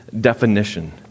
definition